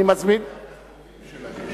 גם לך.